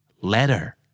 Letter